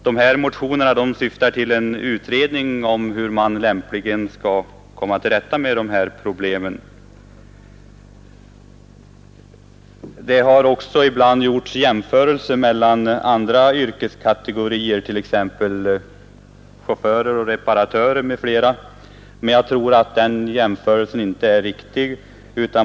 Båda motionerna syftar till en utredning om hur man lämpligen skall komma till rätta med dessa problem. Det har ibland också gjorts jämförelser med andra yrkeskategorier, chaufförer och reparatörer m.fl., men jag tror att dessa jämförelser inte är riktiga.